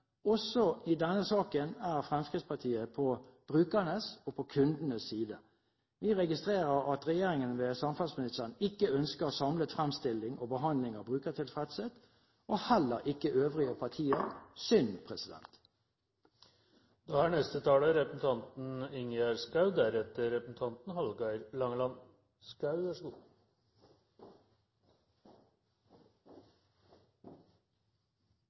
Også i denne saken er Fremskrittspartiet på brukernes og kundenes side. Vi registrerer at regjeringen, ved samferdselsministeren, ikke ønsker samlet fremstilling og behandling av brukertilfredshet – og heller ikke øvrige partier. Det er synd.